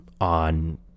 on